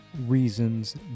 reasons